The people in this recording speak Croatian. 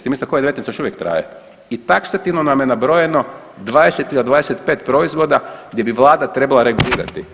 Ja mislim da Covid-19 još uvijek traje i taksativno nam je nabrojeno 20 ili 25 proizvoda gdje bi Vlada trebala reagirati.